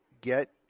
get